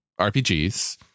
RPGs